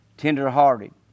tenderhearted